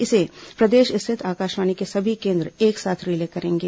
इसे प्रदेश स्थित आकाशवाणी के सभी केंद्र एक साथ रिले करेंगे